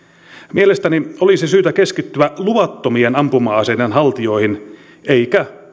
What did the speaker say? mielestäni olisi syytä keskittyä luvattomien ampuma aseiden haltijoihin eikä